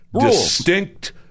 distinct –